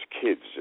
kids